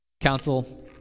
Council